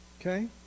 Okay